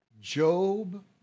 Job